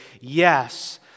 yes